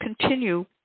continue